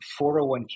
401k